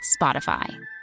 Spotify